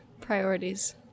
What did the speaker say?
priorities